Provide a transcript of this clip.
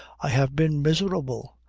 i have been miserable!